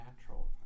natural